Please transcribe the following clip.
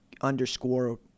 underscore